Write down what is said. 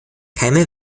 keime